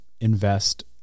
invest